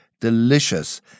delicious